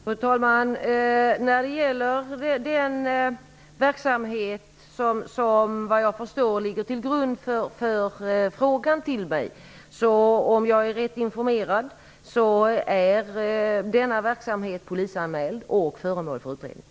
Fru talman! Den verksamhet som ligger till grund för frågan till mig är, om jag är rätt informerad, polisanmäld och föremål för utredning.